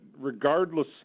regardless